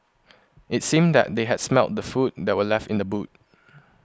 it seemed that they had smelt the food that were left in the boot